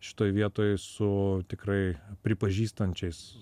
šitoj vietoj su tikrai pripažįstančiais